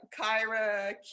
Kyra